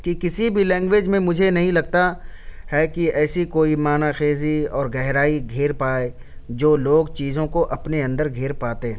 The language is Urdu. کہ کسی بھی لیگنویج میں مجھے نہیں لگتا ہے کہ ایسی کوئی معنی خیزی اور گہرائی گھیر پائے جو لوگ چیزوں کو اپنے اندر گھیر پاتے ہیں